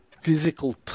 physical